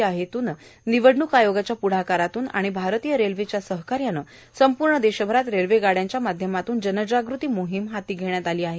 या हेतूने निवडणूक आयोगाच्या प्ढाकाराने आणि भारतीय रेल्वेच्या सहकार्याने संपूर्ण देशभरात रेल्वे गाड्यांच्या माध्यामतून जनजागृती मोहीम हाती घेतली आहे